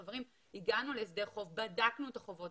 חברים, הגענו להסדר חוב, בדקנו את החובות.